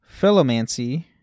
Philomancy